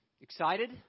Excited